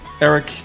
Eric